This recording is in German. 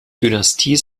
dynastie